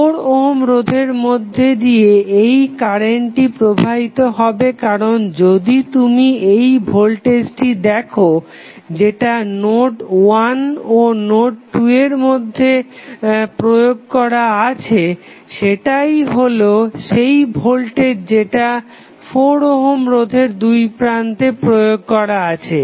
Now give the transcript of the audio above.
4 ohm রোধের মধ্যে দিয়ে এই কারেন্ট প্রবাহিত হবে কারণ যদি তুমি এই ভোল্টেজটি দেখো যেটা নোড 1 ও নোড 2 এর মধ্যে প্রয়োগ করা আছে সেতাই হলো সেই ভোল্টেজ যেটা 4 ওহমের দুই প্রান্তে প্রয়োগ করা আছে